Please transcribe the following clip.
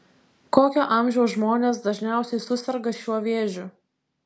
kokio amžiaus žmonės dažniausiai suserga šiuo vėžiu